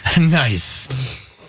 Nice